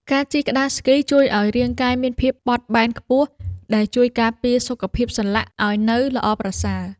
ការជិះក្ដារស្គីជួយឱ្យរាងកាយមានភាពបត់បែនខ្ពស់ ដែលជួយការពារសុខភាពសន្លាក់ឱ្យនៅល្អប្រសើរ។